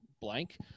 blank